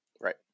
Right